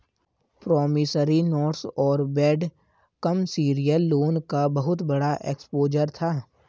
promissory notes और bad commercial loan का बहुत बड़ा एक्सपोजर था